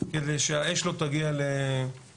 כדי שהאש לא תגיע להדסה.